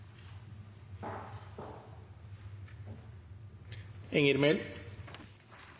Enger Mehl,